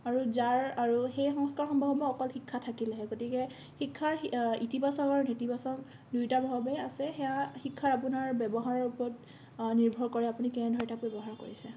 আৰু যাৰ আৰু সেই সংস্কাৰ সম্ভৱ হ'ব অকল শিক্ষা থাকিলেহে গতিকে শিক্ষাৰ ইতিবাচক আৰু নেতিবাচক দুয়োটাৰ প্ৰভাৱে আছে সেয়া শিক্ষাৰ আপোনাৰ ব্যৱহাৰৰ ওপৰত নিৰ্ভৰ কৰে আপুনি কেনেধৰণে তাক ব্যৱহাৰ কৰিছে